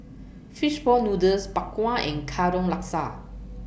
Fish Ball Noodles Bak Kwa and Katong Laksa